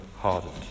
hardened